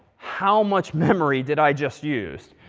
how much memory did i just use?